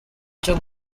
cyo